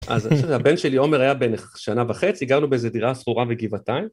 אז הבן שלי עומר היה בן שנה וחצי, גרנו באיזה דירה שכורה בגבעתיים.